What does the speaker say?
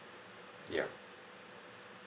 yup